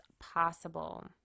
possible